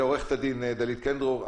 לעורכת-הדין דלית קן דרור,